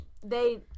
they-